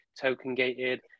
token-gated